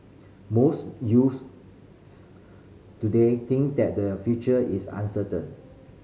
most youths today think that their future is uncertain